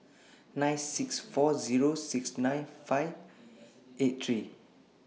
nine six four Zero six nine Zero five eight three